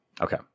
Okay